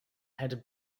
had